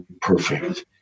perfect